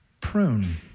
prune